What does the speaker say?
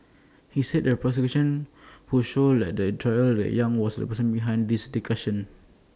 he said the prosecution would show later in trial that yang was the person behind this discussions